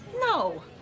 No